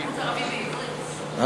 לא,